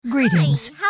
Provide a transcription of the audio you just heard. Greetings